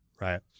Right